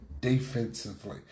defensively